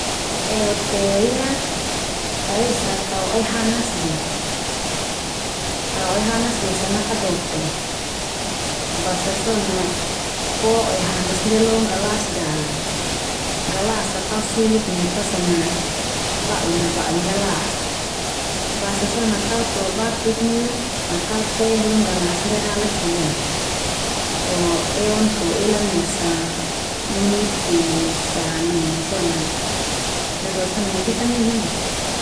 Eo teh ia ka esa tao oe hanas de. Tao oe hanas losa nakadoto. Basa so na po'a oe hanas ndia lo nggalas dale. Nggalas a tao suluk neu ta so na ba'un na ba'e nggalas a basa so na tao tua batuk neu ma tao teh lo nggalas ndia dalek neu le fo eon fo elan losa menit telu losa lima so na, dodo so na bisa minun ndia so.